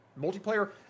multiplayer